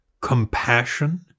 compassion